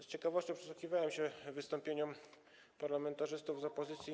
Z ciekawością przysłuchiwałem się wystąpieniom parlamentarzystów z opozycji.